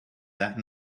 that